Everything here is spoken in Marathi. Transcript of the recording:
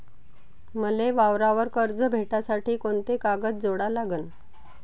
मले वावरावर कर्ज भेटासाठी कोंते कागद जोडा लागन?